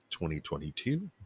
2022